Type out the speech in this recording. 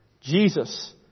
Jesus